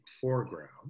foreground